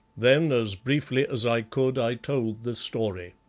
then as briefly as i could i told the story.